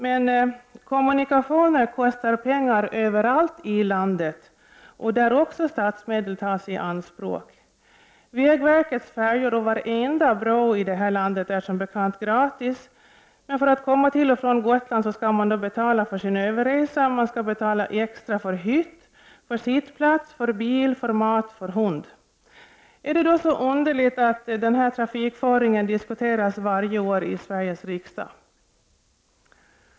Men kommunikationer kostar pengar överallt i landet och där tas också statsmedel i anspråk. Vägverkets färjor och varenda bro i landet är som bekant gratis, men för att komma till och från Gotland skall man betala för sin överresa, betala extra för hytt, för sittplats, för bil, för mat och för hund. Är det då så underligt att denna trafikföring diskuteras varje år i Sveriges riksdag!